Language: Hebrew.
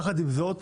יחד עם זאת,